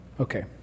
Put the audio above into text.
Okay